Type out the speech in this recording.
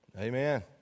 Amen